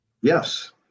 Yes